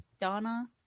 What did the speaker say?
Donna